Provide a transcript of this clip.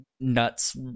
nuts